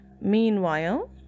Meanwhile